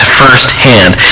firsthand